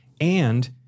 And-